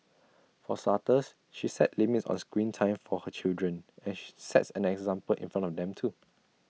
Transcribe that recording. for starters she set limits on screen time for her children and she sets an example in front of them too